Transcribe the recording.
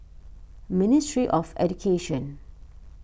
Ministry of Education